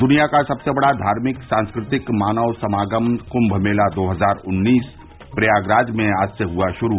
दुनिया का सबसे बड़ा धार्मिक सांस्कृतिक मानव समागम कुम्भ मेला दो हजार उन्नीस प्रयागराज में आज से हुआ शुरू